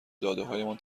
دادههایمان